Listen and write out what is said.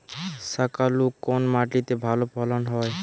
শাকালু কোন মাটিতে ভালো ফলন হয়?